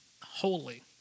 holy